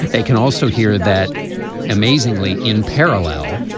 they can also hear that amazingly in parallel.